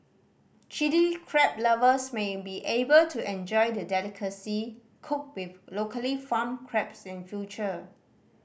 Chilli Crab lovers may be able to enjoy the delicacy cooked with locally farmed crabs in future